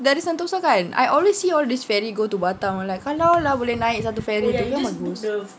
dari sentosa kan I always see all this ferry go to batam kalau lah boleh naik satu feri tu kan bagus